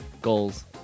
goals